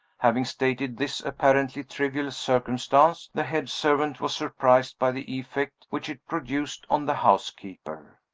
having stated this apparently trivial circumstance, the head servant was surprised by the effect which it produced on the housekeeper.